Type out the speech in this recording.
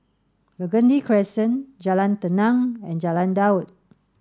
Burgundy Crescent Jalan Tenang and Jalan Daud